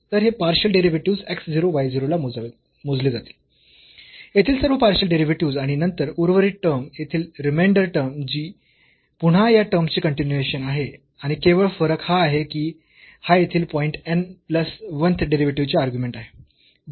तर हे partial derivatives x 0 y 0 ला मोजले जातील येथील सर्व पार्शियल डेरिव्हेटिव्हस् आणि नंतर उर्वरित टर्म येथील रिमेंडर टर्म जी पुन्हा या टर्म्सचे कन्टीन्यूएशन आहे आणि केवळ फरक हा आहे की हा येथील पॉईंट n प्लस 1th डेरिव्हेटिव्हची अर्ग्युमेंट आहे